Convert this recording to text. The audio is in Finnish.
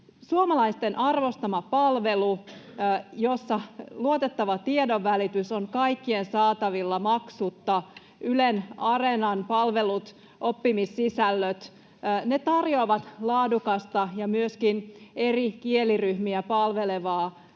Suomalaisten arvostama palvelu, jossa luotettava tiedonvälitys on kaikkien saatavilla maksutta. Ylen Areenan palvelut, oppimissisällöt tarjoavat laadukasta ja myöskin eri kieliryhmiä palvelevaa